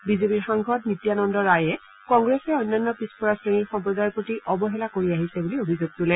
বিজেপিৰ সাংসদ নিত্যানন্দ ৰায়ে কংগ্ৰেছে অন্যান্য পিছপৰা শ্ৰেণীৰ সম্প্ৰদায়ৰ প্ৰতি অৱহেলা কৰি আহিছে বুলি অভিযোগ তোলে